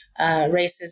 racism